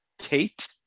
Kate